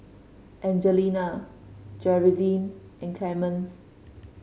Evangelina Jerrilyn and Clemens